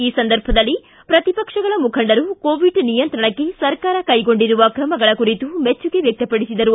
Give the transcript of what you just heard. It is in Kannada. ಈ ಸಂದರ್ಭದಲ್ಲಿ ಪ್ರತಿಪಕ್ಷಗಳ ಮುಖಂಡರು ಕೋವಿಡ್ ನಿಯಂತ್ರಣಕ್ಕೆ ಸರ್ಕಾರ ಕೈಗೊಂಡಿರುವ ಕ್ರಮಗಳ ಕುರಿತು ಮೆಚ್ಚುಗೆ ವ್ಯಕ್ತಪಡಿಸಿದರು